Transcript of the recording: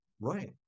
Right